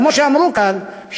כמו שאמרו כאן,